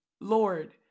Lord